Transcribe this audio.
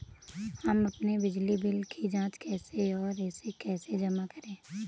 हम अपने बिजली बिल की जाँच कैसे और इसे कैसे जमा करें?